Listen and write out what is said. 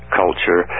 culture